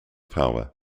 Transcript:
power